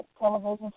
television